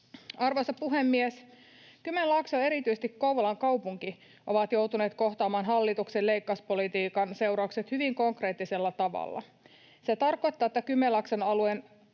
Arvoisa puhemies! Kymenlaakso ja erityisesti Kouvolan kaupunki ovat joutuneet kohtaamaan hallituksen leikkauspolitiikan seuraukset hyvin konkreettisella tavalla. Se tarkoittaa, että Kymenlaakson alueella